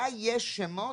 בה יש שמות,